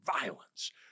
violence